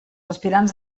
aspirants